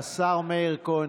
השר מאיר כהן,